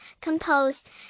composed